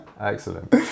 Excellent